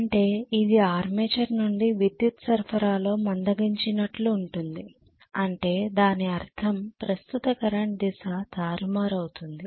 అంటే ఇది ఆర్మేచర్ నుండి విద్యుత్ సరఫరాలో మందగించినట్లు ఉంటుంది అంటే దాని అర్థం ప్రస్తుత కరెంట్ దిశ తారుమారు అవుతుంది